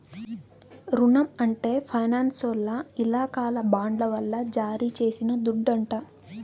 రునం అంటే ఫైనాన్సోల్ల ఇలాకాల బాండ్ల వల్ల జారీ చేసిన దుడ్డంట